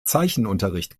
zeichenunterricht